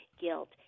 guilt